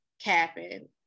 capping